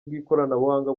bw’ikoranabuhanga